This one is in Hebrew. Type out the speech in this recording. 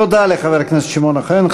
תודה לחבר הכנסת שמעון אוחיון.